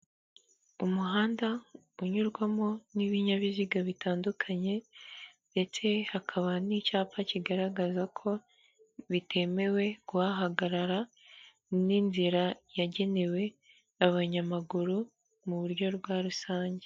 Umuhanda unyurwamo n'ibinyabiziga bitandukanye ndetse hakaba n'icyapa kigaragaza ko bitemewe guhahagarara n'inzira yagenewe abanyamaguru mu buryo bwa rusange.